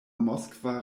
moskva